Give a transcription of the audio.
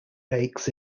lakes